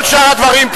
כל שאר הדברים,